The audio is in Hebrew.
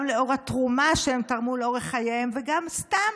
גם לאור התרומה שהם תרמו לאורך חייהם וגם סתם,